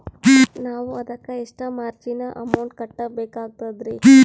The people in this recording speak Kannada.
ನಾವು ಅದಕ್ಕ ಎಷ್ಟ ಮಾರ್ಜಿನ ಅಮೌಂಟ್ ಕಟ್ಟಬಕಾಗ್ತದ್ರಿ?